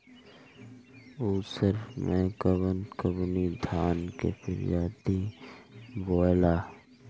उसर मै कवन कवनि धान के प्रजाति बोआला?